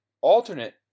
alternate